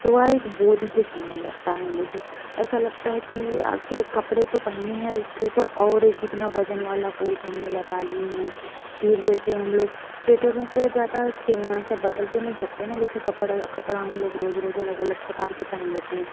तो वह एक बोझ के समान लगता है मुझे ऐसा लगता है कि आखिर कपड़े तो पहने है और उसके ऊपर और एक इतना बज़न वाला बोझ हम ने लाद लिए हैं फिर जैसे हम लोग स्वेटरों को ज़्यादा से ऐसा बदल तो नहीं सकते ना जैसे कपड़ा कपड़ा हम लोग रोज़ रोज़ अलग अलग प्रकार के पहन लेते हैं